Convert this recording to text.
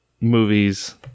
movies